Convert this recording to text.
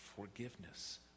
forgiveness